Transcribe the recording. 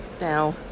Now